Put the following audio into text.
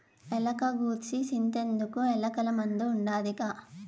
ఎలక గూర్సి సింతెందుకు, ఎలకల మందు ఉండాదిగా